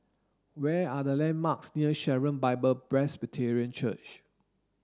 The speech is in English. where are the landmarks near Sharon Bible Presbyterian Church